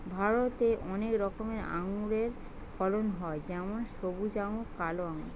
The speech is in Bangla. ভারতে অনেক রকমের আঙুরের ফলন হয় যেমন সবুজ আঙ্গুর, কালো আঙ্গুর